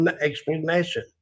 explanation